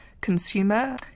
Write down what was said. consumer